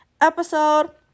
episode